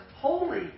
holy